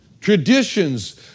traditions